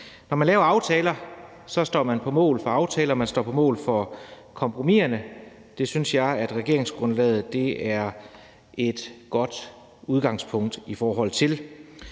Når man laver aftaler, står man på mål for de aftaler, og man står på mål for kompromiserne. Det synes jeg regeringsgrundlaget er et godt udgangspunkt for.